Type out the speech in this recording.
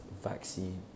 vaccine